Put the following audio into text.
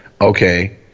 Okay